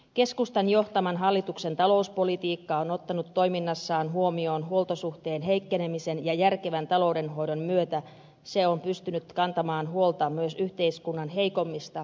keskustan johtaman hallituksen talouspolitiikka on ottanut toiminnassaan huomioon huoltosuhteen heikkenemisen ja järkevän taloudenhoidon myötä se on pystynyt kantamaan huolta myös yhteiskunnan heikommista jäsenistä